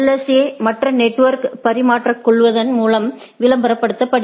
ஏ க்களை மற்ற நெட்வொர்க் பரிமாறிக்கொள்வதன் மூலம் விளம்பரப்படுத்துகிறது